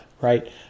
right